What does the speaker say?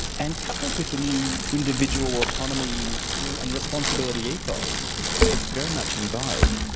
and coupled with the new individual autonomy and responsibility ethos that's very much in vogue,